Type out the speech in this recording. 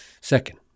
Second